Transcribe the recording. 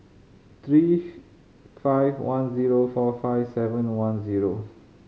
three five one zero four five seven one zero